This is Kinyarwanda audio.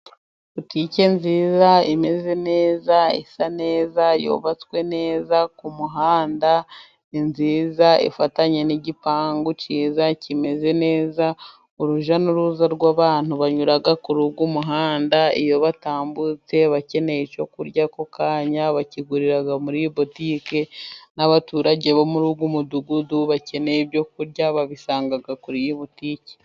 Butike nziza, imeze neza, isa neza, yubatswe neza ku muhanda, ni nziza, ifatanye n'igipangu cyiza, kimeze neza. Urujya n'uruza rw'abantu banyura kuri uyu muhanda iyo batambutse bakeneye icyo kurya ako kanya bakigurira muri butike, n'abaturage bo muri uyu mudugudu bakeneye ibyo kurya babisanga kuri iyi butike.